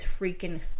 freaking